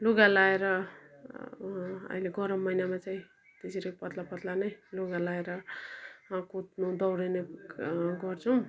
लुगा लाएर अहिले गरम महिनामा चाहिँ त्यसरी पातला पातला नै लुगा लाएर कुद्नु दौडिने गर्छौँ